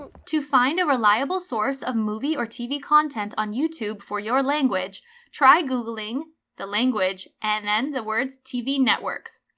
um to find a reliable source of movie or tv content on youtube for your language try googling the language and then the words tv networks.